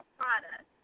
product